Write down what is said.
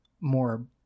more